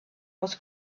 was